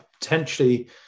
potentially